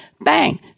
Bang